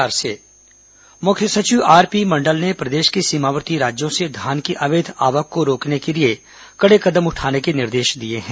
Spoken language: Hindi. मुख्य सचिव बैठक मुख्य सचिव आरपी मंडल ने प्रदेश के सीमावर्ती राज्यों से धान की अवैध आवक को रोकने के लिए कड़े कदम उठाने के निर्देश दिए हैं